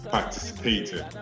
participated